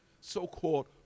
so-called